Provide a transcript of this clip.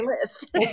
list